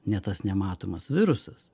ne tas nematomas virusas